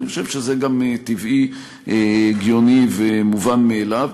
ואני חושב שזה גם טבעי, הגיוני ומובן מאליו.